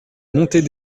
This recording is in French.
montée